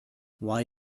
why